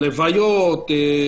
לוויות,